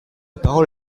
parole